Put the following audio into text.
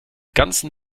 ganzen